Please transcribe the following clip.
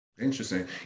Interesting